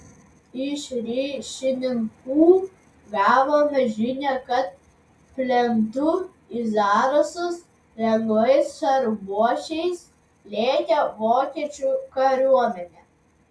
iš ryšininkų gavome žinią kad plentu į zarasus lengvais šarvuočiais lėkė vokiečių kariuomenė